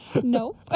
No